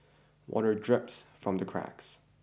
water drips from the cracks